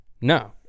No